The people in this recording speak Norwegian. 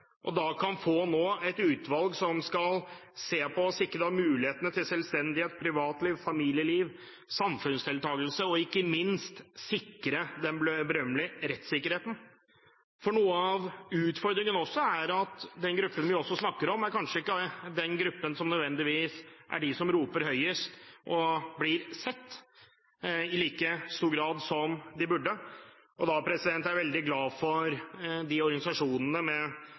kan nå få et utvalg som skal se på og sikre mulighetene til selvstendighet, privatliv, familieliv, samfunnsdeltakelse og ikke minst den berømmelige rettssikkerheten. Noe av utfordringen er at den gruppen vi snakker om, kanskje ikke er den gruppen som nødvendigvis roper høyest og som blir sett, i like stor grad som den burde. Jeg mener at organisasjonene, med Norsk Forbund for Utviklingshemmede i spissen, har gjort en utrolig god jobb med